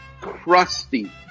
crusty